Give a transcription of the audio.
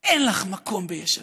אין לך מקום ביש עתיד,